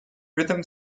rhythm